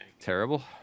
terrible